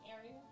area